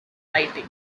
lighting